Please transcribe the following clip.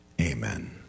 Amen